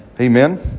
Amen